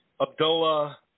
Abdullah